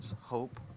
hope